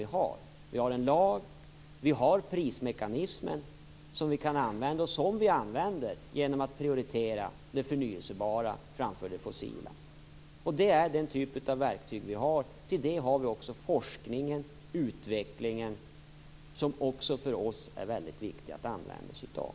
Vi har en lag och vi har prismekanismen som vi kan använda och som vi använder genom att prioritera det förnybara framför det fossila. Det är den typ av verktyg vi har. Till det har vi också forskningen och utvecklingen som det för oss är väldigt viktigt att använda sig av.